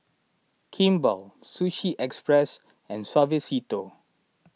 Kimball Sushi Express and Suavecito